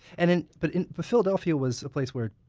and and but but philadelphia was a place where